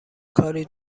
کاری